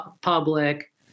public